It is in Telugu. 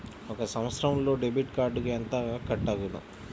ఒక సంవత్సరంలో డెబిట్ కార్డుకు ఎంత కట్ అగును?